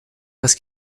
parce